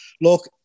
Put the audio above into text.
look